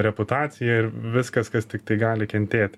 reputacija ir viskas kas tiktai gali kentėti